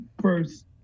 first